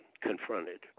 confronted